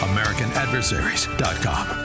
AmericanAdversaries.com